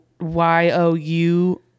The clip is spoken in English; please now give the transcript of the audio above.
y-o-u